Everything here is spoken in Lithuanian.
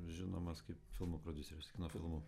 žinomas kaip filmų prodiuseris kino filmų